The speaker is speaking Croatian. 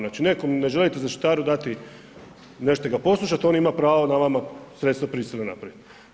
Znači nekom, ne želite zaštitaru dati, nećete ga poslušati, on ima pravo nad vama sredstva prisile napraviti.